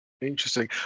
Interesting